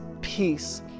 peace